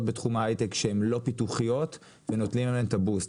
בתחום ההיי-טק שהן לא פיתוחיות ונותנים להן את הבוסט.